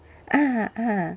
ah ah